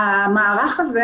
המערך הזה